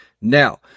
Now